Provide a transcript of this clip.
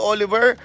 Oliver